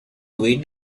movie